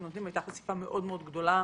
נותנים - הייתה חשיפה מאוד מאוד גדולה.